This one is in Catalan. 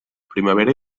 primavera